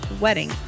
wedding